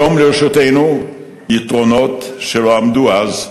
היום עומדים לרשותנו יתרונות שלא עמדו אז,